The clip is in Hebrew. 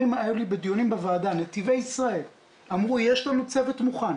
בדיונים ועדה אמרו נתיבי ישראל שיש להם צוות מוכן,